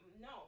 no